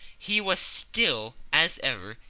he was still, as ever,